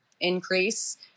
increase